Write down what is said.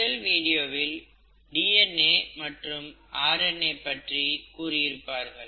முதல் வீடியோவில் டிஎன்ஏ மற்றும் ஆர் என் ஏ பற்றி கூறியிருப்பார்கள்